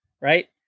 right